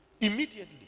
Immediately